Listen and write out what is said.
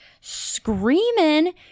screaming